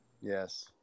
Yes